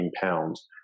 pounds